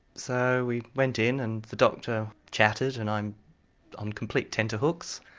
so we went in and the doctor chatted and i'm on complete tenderhooks.